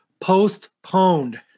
Postponed